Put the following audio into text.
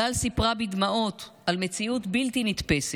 גל סיפרה בדמעות על מציאות בלתי נתפסת,